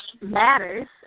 matters